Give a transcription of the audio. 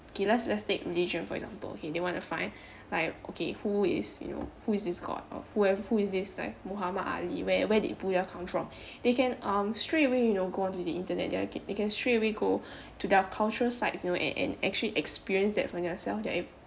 okay let's let's take religion for example okay they want to find like okay who is you know who is this god or whoever who is this like muhammad ali where where did buddha come from they can um straight away you know go on to the internet they can straight away go to that cultural sites you know a~ a~ and actually experience that for themselves they're ac~